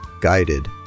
guided